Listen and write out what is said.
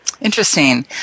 Interesting